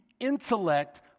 intellect